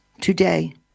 Today